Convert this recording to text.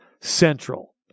Central